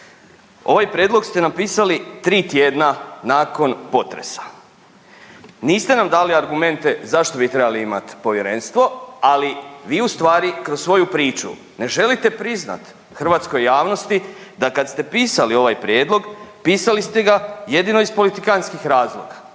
Ovaj prijedlog ste napisali 3 tjedna nakon potresa. Niste nam dali argumente zašto bi trebali imat povjerenstvo, ali vi u stvari kroz svoju priču ne želite priznat hrvatskoj javnosti da kad ste pisali ovaj prijedlog pisali ste ga jedino iz politikanskih razloga.